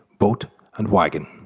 boat and wagon.